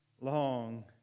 long